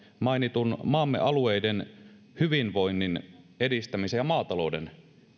mainitun maamme alueiden hyvinvoinnin edistämisen ja maatalouden